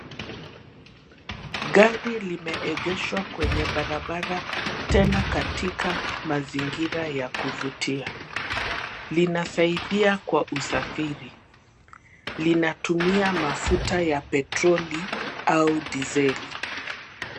Gari limeegeshwa kwenye barabara tena katika mazingira ya kuvutia, linasaidia kwa usafiri. Linatumia mafuta ya petroli au dizeli.